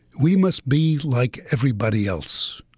we must be like everybody else.